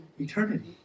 eternity